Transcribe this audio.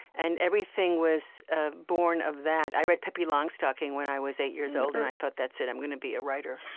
and everything was ah born of that. i read pippi longstocking when i was eight years old, and i thought, that's it, i'm going to be a writer.